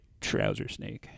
Trousersnake